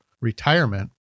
retirement